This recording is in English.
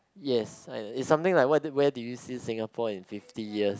yes is something like what where do you see Singapore in fifty years